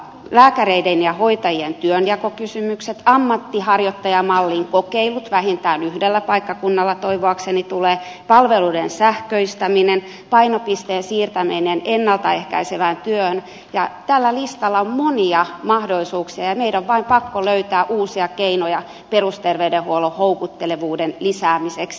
lääkäreiden ja hoitajien työnjakokysymykset ammattiharjoittajamallin kokeilut vähintään yhdellä paikkakunnalla toivoakseni tulevat palveluiden sähköistäminen painopisteen siirtäminen ennalta ehkäisevään työhön tällä listalla on monia mahdollisuuksia ja meidän on vain pakko löytää uusia keinoja perusterveydenhuollon houkuttelevuuden lisäämiseksi